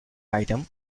item